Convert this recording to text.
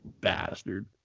bastard